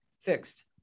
fixed